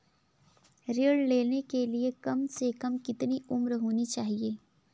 ऋण लेने के लिए कम से कम कितनी उम्र होनी चाहिए?